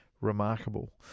Remarkable